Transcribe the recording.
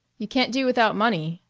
you can't do without money,